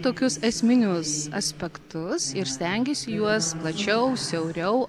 tokius esminius aspektus ir stengiasi juos plačiau siauriau